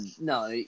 no